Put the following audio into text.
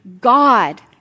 God